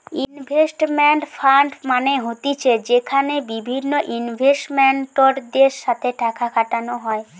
investment fund মানে হতিছে যেখানে বিভিন্ন ইনভেস্টরদের সাথে টাকা খাটানো হয়